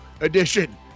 edition